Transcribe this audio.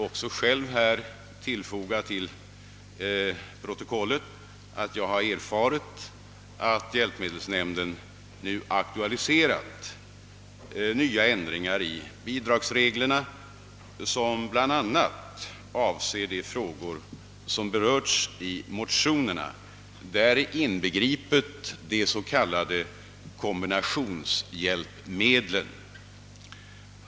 Låt mig tillfoga till protokollet att även jag har erfarit att hjälpmedelsnämnden nu <aktualiserat nya ändringar i bidragsreglerna som bl.a. avser de frågor som berörs i motionerna, däri inbegripet frågan om de s. k, kombinationshjälpmedlen.